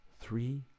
three